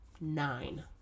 nine